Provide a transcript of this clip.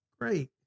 Great